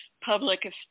public